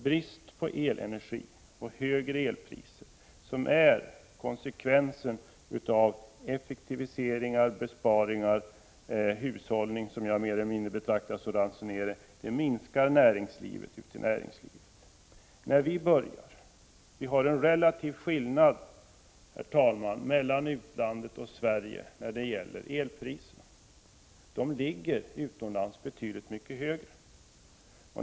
Brist på elenergi samt högre elpriser, som är konsekvensen av effektiviseringar, besparingar och en hushållning som jag mer eller mindre betraktar som ransonering, minskar tillväxten i näringslivet. Det är relativt stor skillnad mellan elpriserna i utlandet och i Sverige. Priserna utomlands ligger betydligt högre.